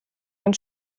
uns